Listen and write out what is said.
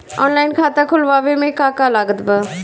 Online खाता खुलवावे मे का का लागत बा?